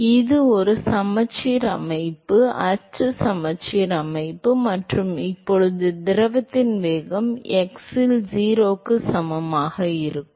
எனவே இது ஒரு சமச்சீர் அமைப்பு அச்சு சமச்சீர் அமைப்பு மற்றும் இப்போது திரவத்தின் வேகம் x இல் 0க்கு சமமாக இருக்கும்